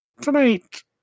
tonight